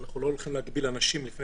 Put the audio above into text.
על כך שאנחנו לא הולכים להגביל אנשים לפני